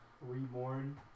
Reborn